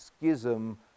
schism